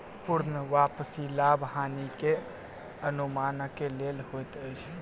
पूर्ण वापसी लाभ हानि के अनुमानक लेल होइत अछि